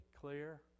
clear